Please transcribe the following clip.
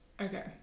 Okay